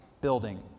building